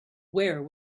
where